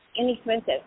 inexpensive